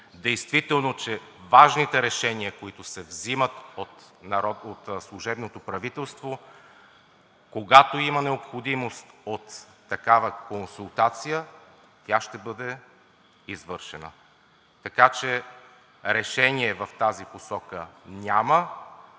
Действително, че важните решения, които се взимат от служебното правителство, когато има необходимост от такава консултация, тя ще бъде извършена. Така че решение в тази посока няма.